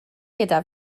gyda